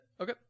Okay